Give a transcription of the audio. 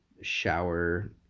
shower